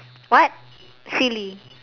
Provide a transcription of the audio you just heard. what silly